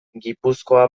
gipuzkoa